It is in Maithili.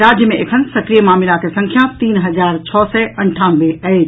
राज्य मे एखन सक्रिय मामिलाक संख्या तीन हजार छओ सय अंठानवे अछि